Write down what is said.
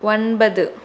ஒன்பது